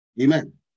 Amen